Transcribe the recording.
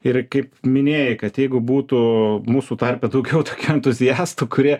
ir kaip minėjai kad jeigu būtų mūsų tarpe daugiau tokių entuziastų kurie